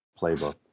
playbook